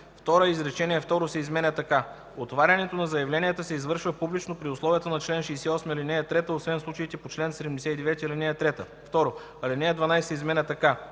ал. 2 изречение второ се изменя така: „Отварянето на заявленията се извършва публично при условията на чл. 68, ал. 3, освен в случаите по чл. 79, ал. 3.” 2. Алинея 12 се изменя така: